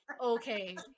Okay